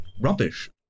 rubbish